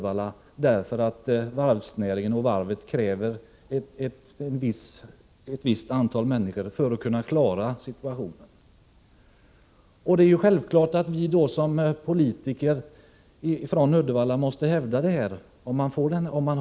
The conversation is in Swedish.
Varvsnäringen och varvet krävde ett visst antal människor för att man skulle kunna klara situationen. Det är självklart att vi som politiker från Uddevalla då måste hävda denna uppfattning.